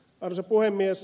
arvoisa puhemies